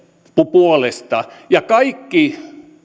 puolesta kaikki